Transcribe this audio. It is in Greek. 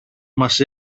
μας